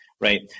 right